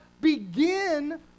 begin